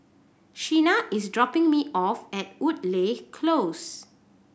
Sheena is dropping me off at Woodleigh Close